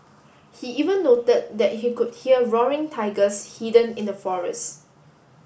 he even noted that he could hear roaring tigers hidden in the forest